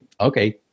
okay